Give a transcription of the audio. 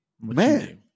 Man